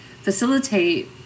facilitate